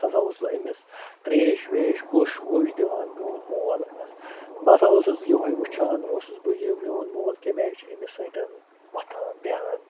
سُہ سا اوس پتہٕ أمِس ترٛیش ویش کوٚش ووٚش دِوان میٛون مول بہٕ ہسا اوسُس یِہوے وُچھان اوسُس بہٕ یہِ میٛون مول کَمہِ آیہِ چھُ أمِس سۭتۍ وۄتھان بیٚہوان